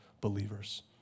believers